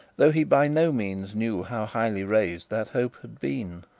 though he by no means knew how highly raised that hope had been.